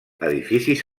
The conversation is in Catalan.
edificis